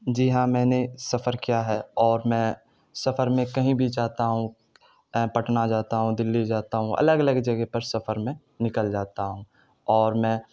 جی ہاں میں نے سفر کیا ہے اور میں سفر میں کہیں بھی جاتا ہوں تاہے پٹنہ جاتا ہوں دلّی جاتا ہوں الگ الگ جگہ پر سفر میں نکل جاتا ہوں اور میں